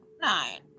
nine